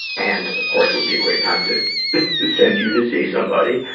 and, of course, it would be a great time to send you to see somebody.